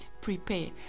prepare